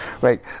right